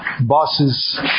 bosses